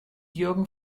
jürgen